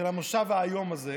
של המושב האיום הזה,